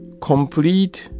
Complete